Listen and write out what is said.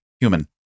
human